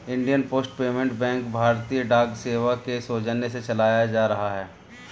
Indian post payment bank भारतीय डाक सेवा के सौजन्य से चलाया जा रहा है